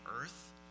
earth